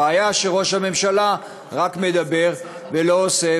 הבעיה היא שראש הממשלה רק מדבר ולא עושה,